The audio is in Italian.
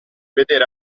vedere